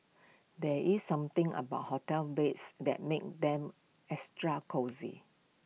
there is something about hotel beds that makes them extra cosy